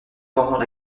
pendant